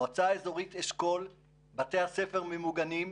במועצה אזורית אשכול בתי הספר ממוגנים,